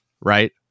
right